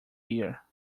year